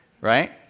right